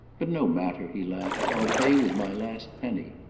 but no matter, he laughed i'll pay with my last penny.